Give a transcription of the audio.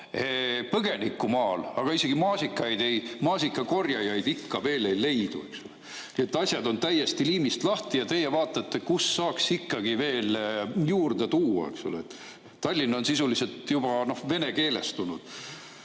põgenikku maal, aga isegi maasikakorjajaid ikka veel ei leidu. Asjad on täiesti liimist lahti ja teie vaatate, kust saaks ikkagi veel juurde tuua. Tallinn on sisuliselt juba venekeelne.